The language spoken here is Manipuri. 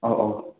ꯑꯧ ꯑꯧ